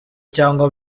cyangwa